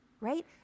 Right